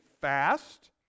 fast